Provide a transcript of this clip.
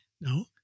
No